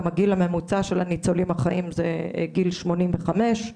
גם הגיל הממוצע של הניצולים החיים זה גיל שמונים וחמש.